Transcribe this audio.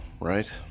right